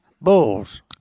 bulls